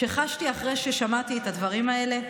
שחשתי אחרי ששמעתי את הדברים האלה.